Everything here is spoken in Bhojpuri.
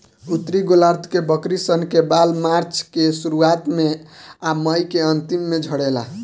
उत्तरी गोलार्ध के बकरी सन के बाल मार्च के शुरुआत में आ मई के अन्तिम में झड़ेला